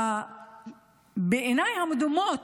בעיניי, המדומות,